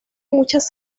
muchas